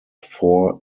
four